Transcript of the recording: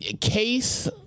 Case